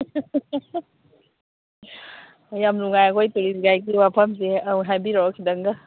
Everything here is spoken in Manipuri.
ꯌꯥꯝ ꯅꯨꯡꯉꯥꯏ ꯑꯩꯈꯣꯏ ꯇꯨꯔꯤꯁ ꯒꯥꯏꯠꯀꯤ ꯋꯥꯐꯝꯁꯦ ꯑꯧ ꯍꯥꯏꯕꯤꯔꯛꯑꯣ ꯈꯤꯇꯪꯒ